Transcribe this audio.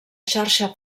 xarxa